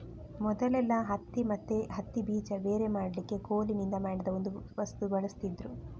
ಮೊದಲೆಲ್ಲಾ ಹತ್ತಿ ಮತ್ತೆ ಹತ್ತಿ ಬೀಜ ಬೇರೆ ಮಾಡ್ಲಿಕ್ಕೆ ಕೋಲಿನಿಂದ ಮಾಡಿದ ಒಂದು ವಸ್ತು ಬಳಸ್ತಿದ್ರು